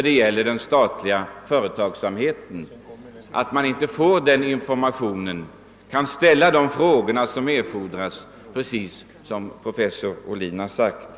Beträffande den statliga företagsamheten har man inte möjlighet att få samma information och kan inte ställa de erforderliga frågorna, alldeles som professor Ohlin nyss framhållit.